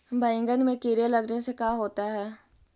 बैंगन में कीड़े लगने से का होता है?